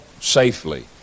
safely